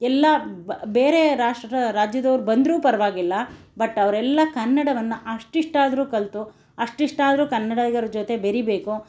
ಎಲ್ಲ ಬೇರೆ ರಾಷ್ಟ್ರ ರಾಜ್ಯದವ್ರು ಬಂದರೂ ಪರವಾಗಿಲ್ಲ ಬಟ್ ಅವರೆಲ್ಲ ಕನ್ನಡವನ್ನು ಅಷ್ಟಿಷ್ಟಾದರೂ ಕಲಿತು ಅಷ್ಟಿಷ್ಟಾದರೂ ಕನ್ನಡಿಗರ ಜೊತೆ ಬೆರಿಬೇಕು